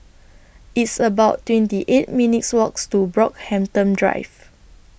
It's about twenty eight minutes' Walks to Brockhampton Drive